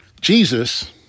Jesus